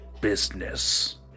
business